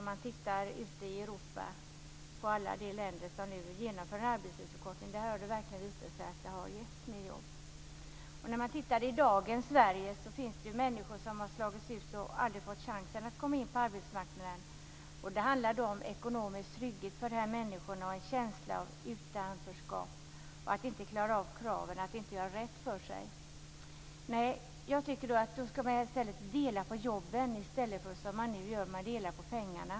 I alla de länder i Europa som nu genomför en arbetstidsförkortning har det verkligen visat sig ge fler jobb. I dagens Sverige finns människor som slagits ut och aldrig fått chansen att komma in på arbetsmarknaden. Det handlar om ekonomisk trygghet för dessa människor. De har en känsla av utanförskap, att inte klara av kraven och göra rätt för sig. Nej, jag tycker att man skall dela på jobben i stället för som nu dela på pengarna.